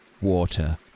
water